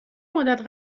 مدت